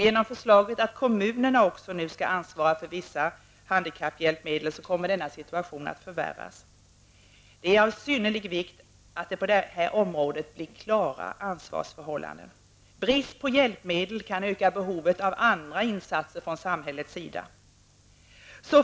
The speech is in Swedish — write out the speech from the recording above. Genom förslaget att kommunerna också skall ansvara för vissa handikapphjälpmedel kommer denna situation att förvärras. Det är av synnerlig vikt att det på detta område blir klara ansvarsförhållanden. Brist på hjälpmedel kan öka behovet av andra insatser från samhällets sida.